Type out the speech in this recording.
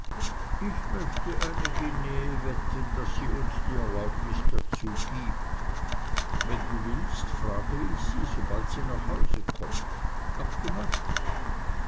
ich möchte eine guinee wetten daß sie uns die erlaubnis dazu gibt wenn du willst frage ich sie sobald sie nach hause kommt abgemacht